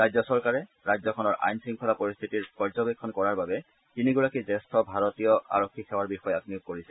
ৰাজ্য চৰকাৰে ৰাজ্যখনৰ আইন শংখলা পৰিস্থিতিৰ পৰ্যবেক্ষণ কৰাৰ বাবে তিনিগৰাকী জ্যেষ্ঠ ভাৰতীয় আৰক্ষী সেৱাৰ বিষয়াক নিয়োগ কৰিছে